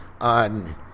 on